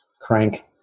crank